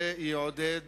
זה יעודד